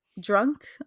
drunk